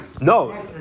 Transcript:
No